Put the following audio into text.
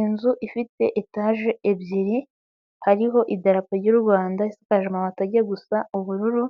Inzu ifite etaje ebyiri, hariho idarapo ry'u Rwanda isikaje ambati ajya gusa ubururu,